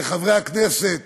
לחברי הכנסת